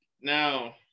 Now